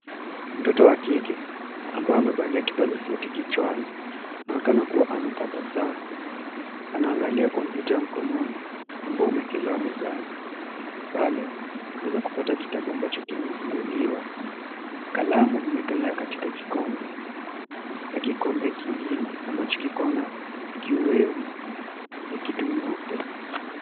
Mtoto wa kike, ambaye amevaa kipaza sauti shungi kichwani, anaonekana kuwa ametabasamu. Anaangalia kompyuta ya mkononi, ambao umeekelewa mezani. Pale, tunaweza kupata kitabu ambacho kimefunguliwa. Kalamu vimeekelewa katika vikombe na kikombe kingine, ambacho kiko na kiweu ya kitu nyeupe.